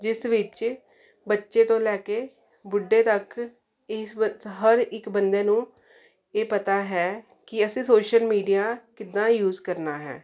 ਜਿਸ ਵਿੱਚ ਬੱਚੇ ਤੋਂ ਲੈ ਕੇ ਬੁੱਢੇ ਤੱਕ ਇਸ ਬ ਹਰ ਇੱਕ ਬੰਦੇ ਨੂੰ ਇਹ ਪਤਾ ਹੈ ਕਿ ਅਸੀਂ ਸੋਸ਼ਲ ਮੀਡੀਆ ਕਿੱਦਾਂ ਯੂਸ ਕਰਨਾ ਹੈ